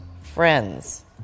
Friends